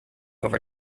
over